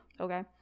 okay